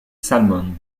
salmon